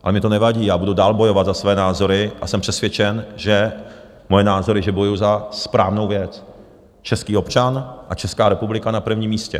Ale mně to nevadí, já budu dál bojovat za své názory a jsem přesvědčen, že moje názory, že bojuji za správnou věc, český občan a Česká republika na prvním místě.